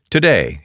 Today